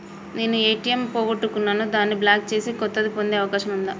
నేను ఏ.టి.ఎం పోగొట్టుకున్నాను దాన్ని బ్లాక్ చేసి కొత్తది పొందే అవకాశం ఉందా?